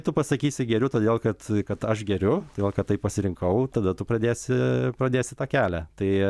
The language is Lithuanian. tu pasakysi geriu todėl kad kad aš geriu todėl kad taip pasirinkau tada tu pradėsi pradėsi tą kelią tai